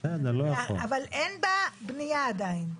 אבל אין בה בנייה עדיין.